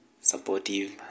Supportive